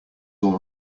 all